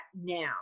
now